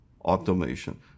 automation